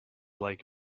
like